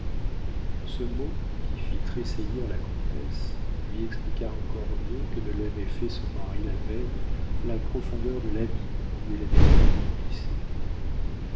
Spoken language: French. ce mot qui fit tressaillir la comtesse lui expliqua encore mieux que ne l'avait fait son mari la veille la profondeur de l'abîme où elle avait failli glisser